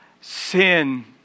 sin